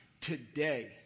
today